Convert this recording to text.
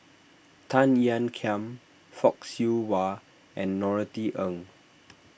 Tan Ean Kiam Fock Siew Wah and Norothy Ng